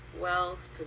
wealth